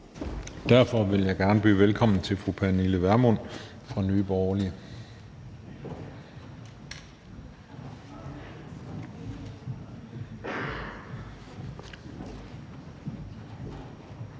Derfor vil jeg gerne byde velkommen til fru Pernille Vermund fra Nye Borgerlige.